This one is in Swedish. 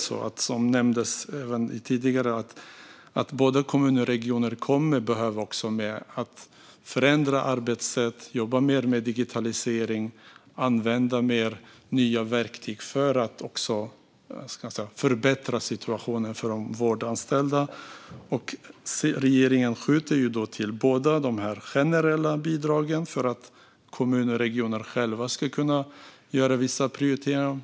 Som nämndes tidigare kommer kommunerna och regionerna att behöva förändra arbetssätt, jobba mer med digitalisering och använda nya verktyg för att förbättra situationen för de vårdanställda. Regeringen skjuter till generella bidrag för att kommuner och regioner själva ska kunna göra vissa prioriteringar.